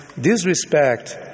disrespect